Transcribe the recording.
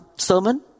sermon